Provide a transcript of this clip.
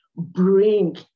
bring